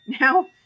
Now